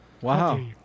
Wow